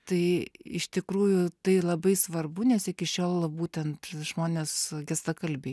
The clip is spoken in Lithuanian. tai iš tikrųjų tai labai svarbu nes iki šiol būtent žmonės gestakalbiai